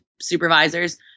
supervisors